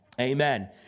Amen